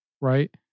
right